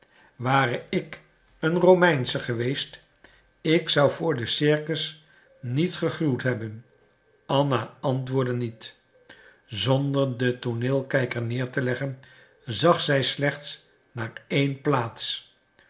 ware ik een romeinsche geweest ik zou voor den circus niet gegruwd hebben anna antwoordde niet zonder den tooneelkijker neer te leggen zag zij slechts naar één plaats